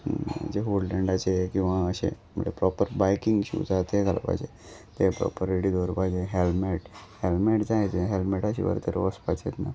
जे हुल्डलेंडाचे किंवां अशे म्हणर प्रोपर बायकींग शूज आसा ते घालपाचे ते प्रोपर रेडी दवरपाचे हेल्मेट हेल्मेट जाय ते हेल्मेटा शिवाय तर वचपाचेंच ना